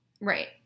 right